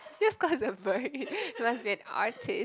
just cause the beret you must be an artist